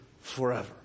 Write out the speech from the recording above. forever